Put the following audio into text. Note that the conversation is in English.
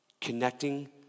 connecting